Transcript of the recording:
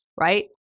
right